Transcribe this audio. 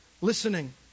listening